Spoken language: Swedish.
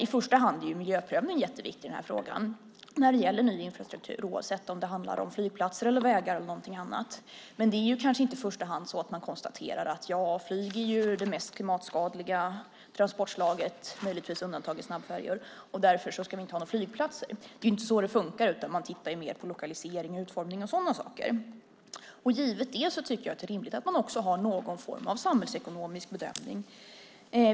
I första hand är miljöprövning jätteviktig när det gäller ny infrastruktur, oavsett om det handlar om flygplatser, vägar eller något annat. Men det är kanske inte i första hand så att man konstaterar att flyg ju är det mest klimatskadliga transportslaget, möjligtvis undantaget snabbfärjor, och därför ska vi inte ha några flygplatser. Det är inte så det funkar, utan man tittar mer på lokalisering, utformning och sådana saker. Givet detta tycker jag att det är rimligt att man också har någon form av samhällsekonomisk bedömning.